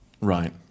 right